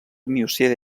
miocè